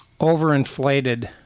overinflated